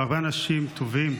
והרבה אנשים טובים.